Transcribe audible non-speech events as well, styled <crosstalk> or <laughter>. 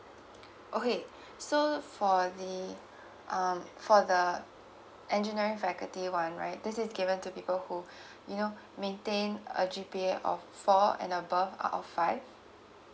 okay <breath> so for the um for the engineering faculty one right this is given to people who <breath> you know maintain a G_P_A of four and above out of five